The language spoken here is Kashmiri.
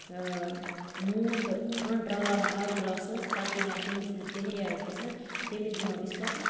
نوٗن تہٕ کھنڈ رَلاوان آبہٕ گِلاسَس منٛز پَتہٕ دِوان تٔمِس یُس ڈَہیرِیا آسہِ گژھان تٔمِس دِوان أسۍ پَتہٕ